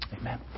amen